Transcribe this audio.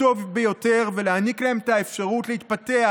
הטוב ביותר ולהעניק להם את האפשרות להתפתח,